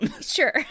sure